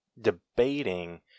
debating